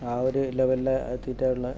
ആ ഒരു ലെവലിൽ ആ എത്തിയിട്ടാണ് ഉള്ളത്